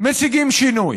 משיגים שינוי.